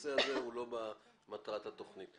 הנושא הזה הוא לא במטרת הצעת החוק.